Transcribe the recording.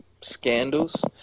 scandals